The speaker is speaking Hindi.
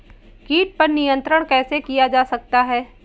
कीट पर नियंत्रण कैसे किया जा सकता है?